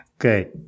Okay